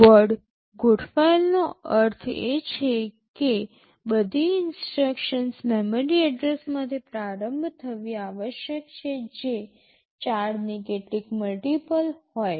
word ગોઠવાયેલનો અર્થ એ છે કે બધી ઇન્સટ્રક્શન્સ મેમરી એડ્રેસમાંથી પ્રારંભ થવી આવશ્યક છે જે ૪ ની કેટલીક મલ્ટિપલ હોય